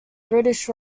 british